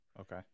Okay